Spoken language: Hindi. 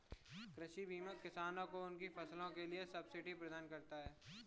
कृषि बीमा किसानों को उनकी फसलों के लिए सब्सिडी प्रदान करता है